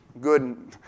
good